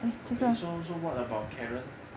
okay so so what about karen